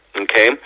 okay